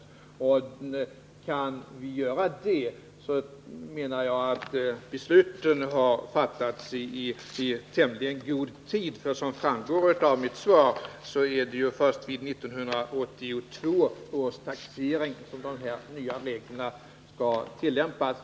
Om frågan kan avgöras i höst, så har besluten enligt min mening kunnat fattas i tämligen god tid, för som framgår av mitt svar är det ju först vid 1982 års taxering som de nya reglerna skall tillämpas.